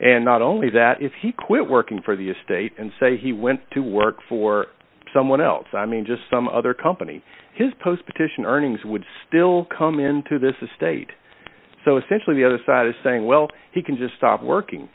and not only that if he quit working for the estate and say he went to work for someone else i mean just some other company his post petition earnings would still come into this estate so essentially the other side is saying well he can just stop working